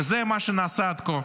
וזה מה שנעשה עד כה,